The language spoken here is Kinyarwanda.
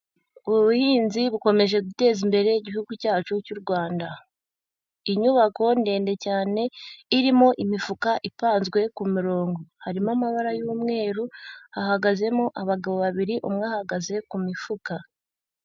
Ubuhinzi bukomeje guteza imbere, igihugu cyacu cy'u Rwanda. Inyubako ndende cyane, irimo imifuka ipanzwe ku mirongo. Harimo amabara y'umweru, hahagazemo abagabo babiri, umwe ahagaze ku mifuka.